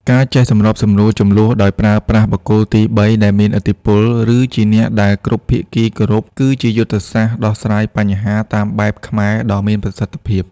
ការចេះសម្របសម្រួលជម្លោះដោយប្រើប្រាស់បុគ្គលទីបីដែលមានឥទ្ធិពល ឬជាអ្នកដែលគ្រប់ភាគីគោរព គឺជាយុទ្ធសាស្ត្រដោះស្រាយបញ្ហាតាមបែបខ្មែរដ៏មានប្រសិទ្ធភាព។